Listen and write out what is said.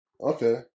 Okay